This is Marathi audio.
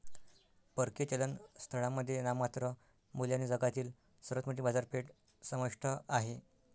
परकीय चलन स्थळांमध्ये नाममात्र मूल्याने जगातील सर्वात मोठी बाजारपेठ समाविष्ट आहे